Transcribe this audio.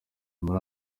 muri